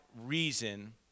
reason